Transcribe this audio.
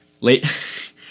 Late